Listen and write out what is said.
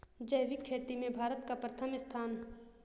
जैविक खेती में भारत का प्रथम स्थान